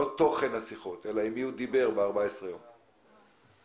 למה נדרש לדעת עם מי הוא דיבר ב-14 הימים האלה?